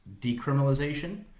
decriminalization